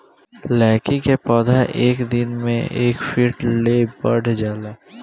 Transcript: लैकी के पौधा एक दिन मे एक फिट ले बढ़ जाला